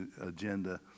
agenda